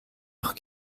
noch